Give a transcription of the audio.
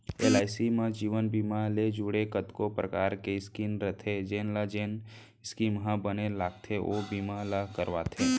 LIC म जीवन बीमा ले जुड़े कतको परकार के स्कीम रथे जेन ल जेन स्कीम ह बने लागथे ओ बीमा ल करवाथे